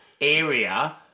area